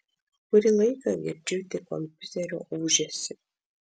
kurį laiką girdžiu tik kompiuterio ūžesį